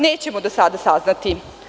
Nećemo do sada saznati.